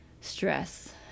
stress